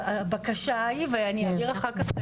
בקשה ואני אעביר אחר כך,